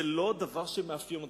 זה לא דבר שמאפיין אותם.